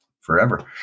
forever